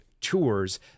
tours